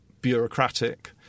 bureaucratic